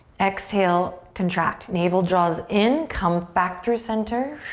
exhale, contract, navel draws in. come back through center.